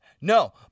No